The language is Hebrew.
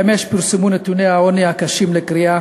אמש פורסמו נתוני העוני הקשים לקריאה